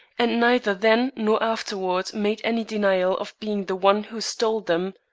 and neither then nor afterward made any denial of being the one who stole them.